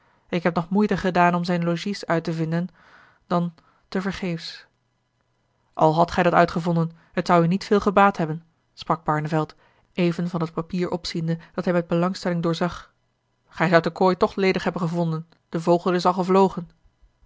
ik heb nog moeite gedaan om zijn logies uit te vinden dan tevergeefs al hadt gij dat uitgevonden het zou u niet veel gebaat hebben sprak barneveld even van het papier opziende dat hij met belangstelling doorzag gij zoudt de kooi toch ledig hebben gevonden de vogel is al gevlogen